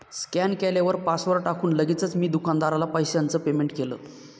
scan केल्यावर password टाकून लगेचच मी दुकानदाराला पैशाचं पेमेंट केलं